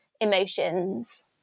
emotions